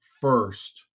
first